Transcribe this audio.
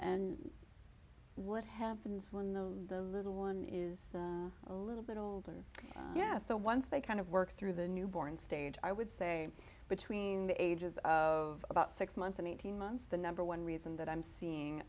what happens when the little one is a little bit older and yeah so once they kind of work through the newborn stage i would say between the ages of about six months and eighteen months the number one reason that i'm seeing